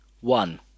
one